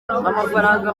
amafaranga